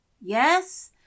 Yes